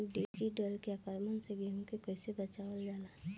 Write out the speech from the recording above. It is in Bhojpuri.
टिडी दल के आक्रमण से गेहूँ के कइसे बचावल जाला?